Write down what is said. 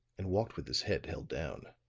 and walked with his head held down.